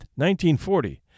1940